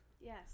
Yes